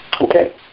Okay